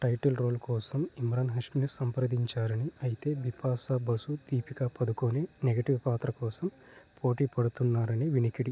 title role కోసం ఇమ్రాన్ హష్మీని సంప్రదించారని అయితే బిపాషా బసు దీపికా పదుకొణె నెగటివ్ పాత్ర కోసం పోటీ పడుతున్నారని వినికిడి